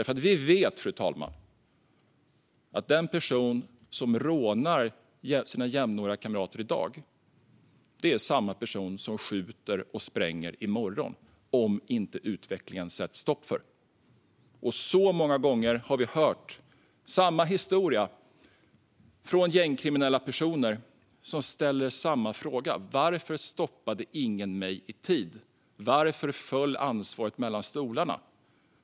Vi vet nämligen, fru talman, att den person som rånar sina jämnåriga kamrater i dag är samma person som skjuter och spränger i morgon om vi inte sätter stopp för den utvecklingen. Vi har många gånger hört gängkriminella personer fråga: Varför stoppade ingen mig i tid? Varför föll ansvaret mellan stolarna?